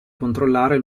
controllare